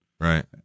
Right